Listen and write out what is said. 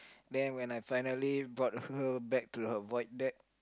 then when I finally brought her back to her void deck